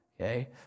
Okay